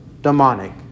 demonic